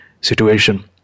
situation